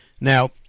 now